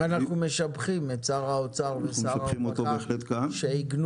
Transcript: אנחנו משבחים את שר האוצר ואת שר הרווחה שעיגנו